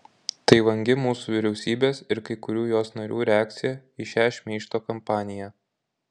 tai vangi mūsų vyriausybės ir kai kurių jos narių reakcija į šią šmeižto kampaniją